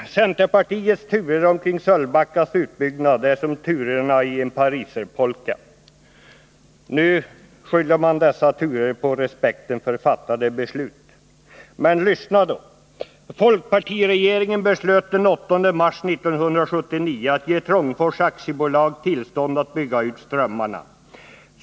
Centerpartiets turer omkring Sölvbackas utbyggnad är som turernai en pariserpolka. Nu skyller man dessa turer på respekten för fattade beslut. Men lyssna då! Folkpartiregeringen beslöt den 8 mars 1979 att ge Trångfors AB tillstånd att bygga ut strömmarna.